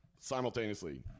simultaneously